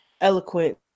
eloquent